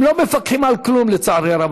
הם לא מפקחים על כלום, לצערי הרב.